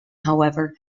however